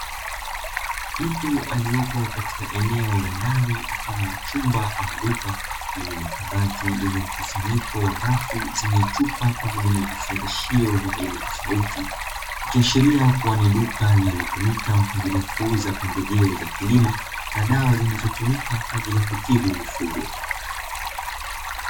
Mtu aliyepo katika eneo la ndani mfano wa chumba ama duka, lenye makabati yenye mkusanyiko wa rafu zenye chupa pamoja na vifungashio vya aina tofauti, ikiashiria kuwa ni duka linalotumika kwa ajili ya kuuza pembejeo za kilimo na dawa zinazotumika kwa ajili ya kutibu mifugo.